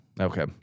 Okay